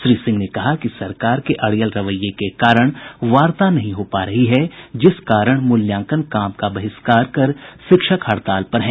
श्री सिंह ने कहा कि सरकार के अड़ियल रवैये के कारण वार्ता नहीं हो पा रही है जिस कारण मूल्यांकन कार्य का बहिष्कार कर शिक्षक हड़ताल पर हैं